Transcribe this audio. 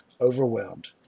overwhelmed